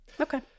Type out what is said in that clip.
okay